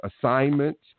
assignments